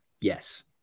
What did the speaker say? Yes